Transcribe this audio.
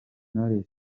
knowless